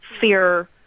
fear